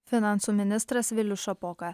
finansų ministras vilius šapoka